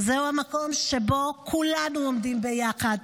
זהו המקום שבו כולנו עומדים ביחד,